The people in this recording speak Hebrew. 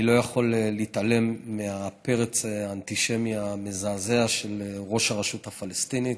אני לא יכול להתעלם מהפרץ האנטישמי המזעזע של ראש הרשות הפלסטינית.